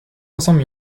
ensemble